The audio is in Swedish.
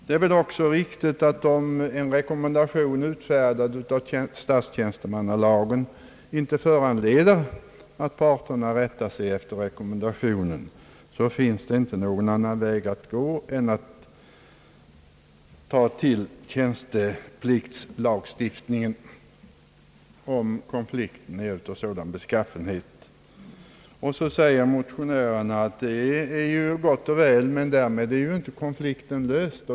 Om en rekommendation som har utfärdats i enlighet med statstjänstemannalagen inte föranleder att parterna rättar sig efter rekommendationen, finns det inte såvitt jag förstår någon annan väg att gå än att ta till tjänstepliktslagen, om konflikten är av sådan beskaffenhet. Motionärerna säger då att det är gott och väl men att konflikten ju därmed inte är löst.